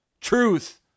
Truth